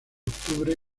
octubre